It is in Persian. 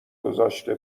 گذاشته